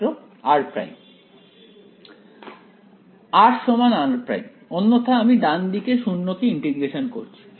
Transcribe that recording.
ছাত্র r' rr' অন্যথা আমি ডান দিকে 0 কে ইন্টিগ্রেশন করছি